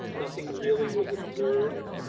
nothing really was observed.